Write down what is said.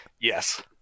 Yes